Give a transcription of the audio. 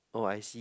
oh I see